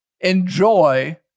enjoy